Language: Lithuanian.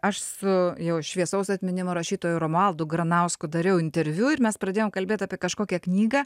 aš su jau šviesaus atminimo rašytoju romualdu granausku dariau interviu ir mes pradėjome kalbėti apie kažkokią knygą